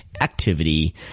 activity